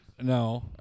No